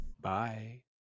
bye